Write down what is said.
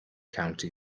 county